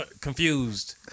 confused